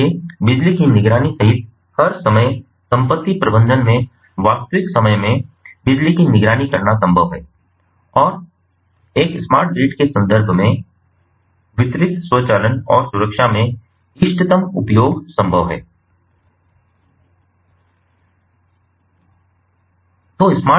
इसलिए बिजली की निगरानी सहित हर समय संपत्ति प्रबंधन में वास्तविक समय में बिजली की निगरानी करना संभव है और एक स्मार्ट ग्रिड के संदर्भ में वितरित स्वचालन और सुरक्षा में इष्टतम उपयोग संभव है